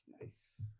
Nice